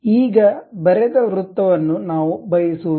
ಈಗ ಬರೆದ ವೃತ್ತವನ್ನು ನಾವು ಬಯಸುವುದಿಲ್ಲ